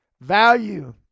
value